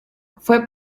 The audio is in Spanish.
fue